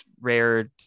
rare